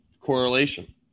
correlation